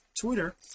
Twitter